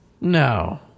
No